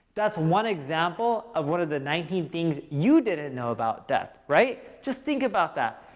that's one example of one of the nineteen things you didn't know about death, right? just think about that.